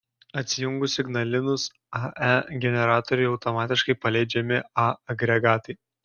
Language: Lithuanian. atsijungus ignalinos ae generatoriui automatiškai paleidžiami a agregatai